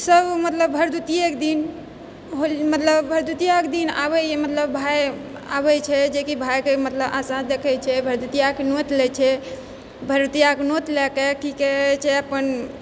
सब मतलब भरदुतिएके दिन मतलब भरदुतिएके दिन आबैए मतलब भाइ आबै छै जेकि भाइके मतलब आशा देखै छै भरदुतियाके नोत लै छै भरदुतियाके नोत लऽ कऽ की कहै छै अपन